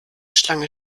schlange